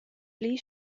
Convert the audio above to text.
pli